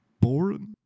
boring